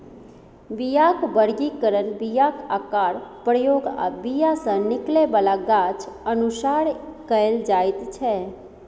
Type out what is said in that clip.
बीयाक बर्गीकरण बीयाक आकार, प्रयोग आ बीया सँ निकलै बला गाछ अनुसार कएल जाइत छै